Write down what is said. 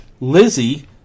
lizzie